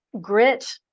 grit